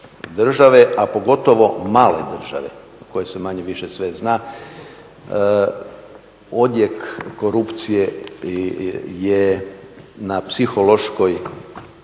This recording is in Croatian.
a pogotovo male države u kojoj se manje-više sve zna. Odjek korupcije je na psihološkoj